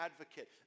advocate